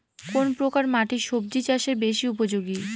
কোন প্রকার মাটি সবজি চাষে বেশি উপযোগী?